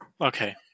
Okay